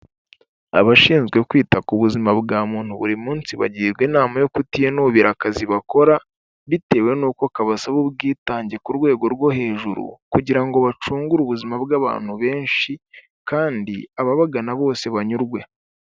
Abashinzwe kwita ku buzima bwa muntu buri munsi bagirwa inama yo kutinubira akazi bakora bitewe n'uko kabasaba ubwitange ku rwego rwo hejuru kugira ngo bacungure ubuzima bw'abantu benshi kandi ababagana bose banyurwe.